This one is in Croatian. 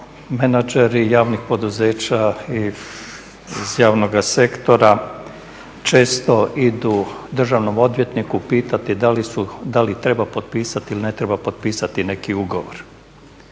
menadžeri javnih poduzeća i iz javnoga sektora često idu državnom odvjetniku pitati da li treba potpisati ili ne treba potpisati neki ugovor.